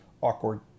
awkward